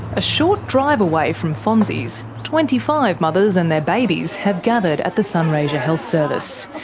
a short drive away from fonzie's, twenty five mothers and their babies have gathered at the sunraysia health service.